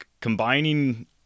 combining